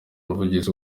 umuvugizi